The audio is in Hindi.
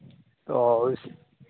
तो इस